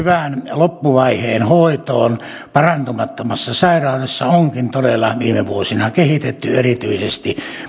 loppuvaiheen hoitoon parantumattomassa sairaudessa onkin todella viime vuosina kehitetty erityisesti